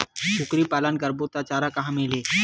कुकरी पालन करबो त चारा कहां मिलही?